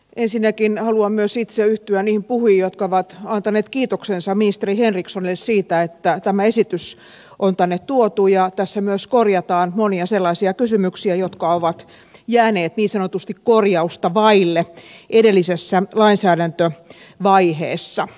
ensinnäkin haluan myös itse yhtyä niihin puhujiin jotka ovat antaneet kiitoksensa ministeri henrikssonille siitä että tämä esitys on tänne tuotu ja tässä myös korjataan monia sellaisia kysymyksiä jotka ovat jääneet niin sanotusti korjausta vaille edellisessä lainsäädäntövaiheessa